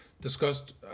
discussed